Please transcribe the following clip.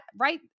right